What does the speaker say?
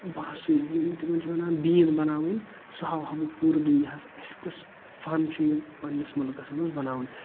بھاسُے تِمن چھِ وَنان بیٖن بَناوُن سُہ ہاوہا بہٕ پوٗرٕ دُنیاہَس اَسہِ کُس فَن چھُ یہِ پَننِس مُلکَس منٛز بَناوُن